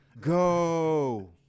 go